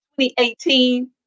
2018